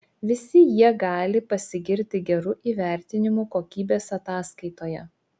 visi jie gali pasigirti geru įvertinimu kokybės ataskaitoje